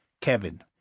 Kevin